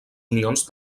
unions